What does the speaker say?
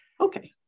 Okay